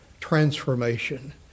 transformation